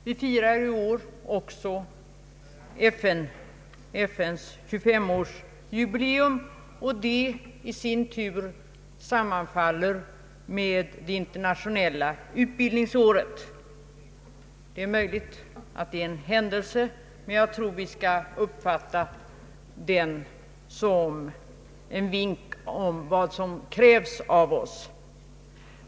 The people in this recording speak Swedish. Vi firar i år också FN:s 25-årsjubileum, och det i sin tur sammanfaller med det internationella utbildningsåret. Det är möjligt att detta är en händelse, men jag tror att vi skall uppfatia den som en vink om vad som krävs av oss.